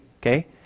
okay